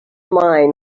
mind